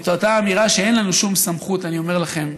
את אותה אמירה שאין לנו שום סמכות, אני אומר לכם,